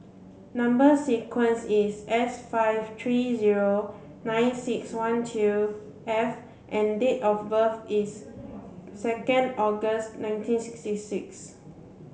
number sequence is S five three zero nine six one two F and date of birth is second August nineteen sixty six